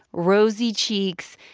rosy cheeks,